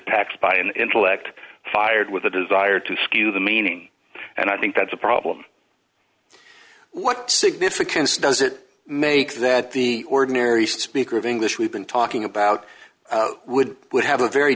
s by an intellect fired with a desire to skew the meaning and i think that's a problem what significance does it make that the ordinary speaker of english we've been talking about would have a very